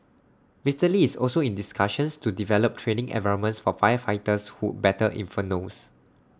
Mister Lee's also in discussions to develop training environments for firefighters who battle infernos